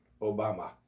Obama